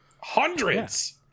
Hundreds